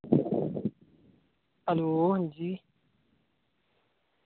hello अंजी